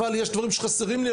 אבל יש דברים שחסרים לי,